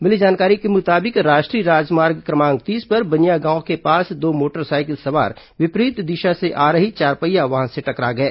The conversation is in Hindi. मिली जानकारी के मुताबिक राष्ट्रीय राजमार्ग क्रमांक तीस पर बनियागांव के पास दो मोटरसाइकिल सवार विपरीत दिशा से आ रही चारपहिया वाहन से टकरा गए